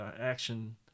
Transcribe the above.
action